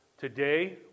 Today